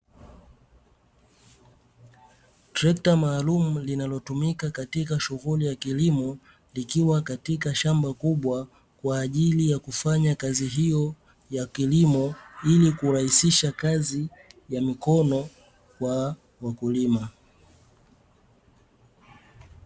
Trekta maalumu linalotumika katika shughuli ya kilimo, likiwa katika shamba kubwa kwa ajili ya kufanya kazi hiyo ya kilimo ili kurahisisha kazi ya mikono kwa wakulima.